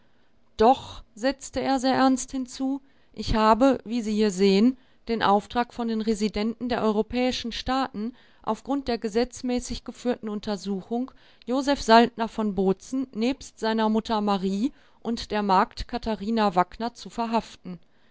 doch setzte er sehr ernst hinzu ich habe wie sie hier sehen den auftrag von den residenten der europäischen staaten aufgrund der gesetzmäßig geführten untersuchung josef saltner von bozen nebst seiner mutter marie und der magd katharina wackner zu verhaften